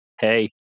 hey